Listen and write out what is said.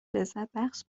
لذتبخش